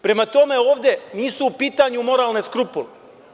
Prema tome, ovde nisu u pitanju moralne skrupule.